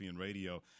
Radio